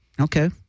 Okay